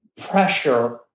pressure